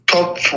top